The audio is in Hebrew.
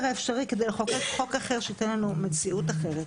האפשרי כדי לחוקק חוק אחר שייתן לנו מציאות אחרת.